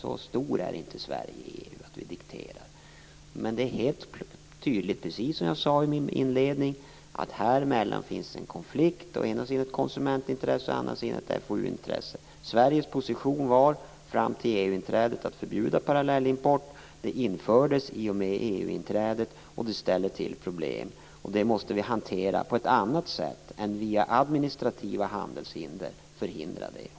Så stort är inte Sverige i EU att det går att diktera villkor. Men det är helt tydligt, precis som jag sade i min inledning, att här finns en konflikt mellan å ena sidan ett konsumentintresse och å andra sidan ett Sveriges position fram till EU-inträdet var att förbjuda parallellimport. Den infördes i och med EU inträdet. Den ställer till problem som vi måste hantera på ett annat sätt än via administrativa handelshinder.